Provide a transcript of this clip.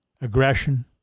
aggression